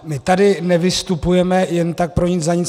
My tady nevystupujeme jen tak pro nic za nic.